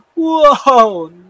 whoa